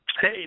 Hey